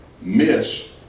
miss